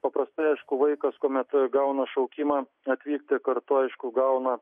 paprastai aišku vaikas kuomet gauna šaukimą atvykti kartu aišku gauna